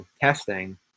testing